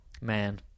man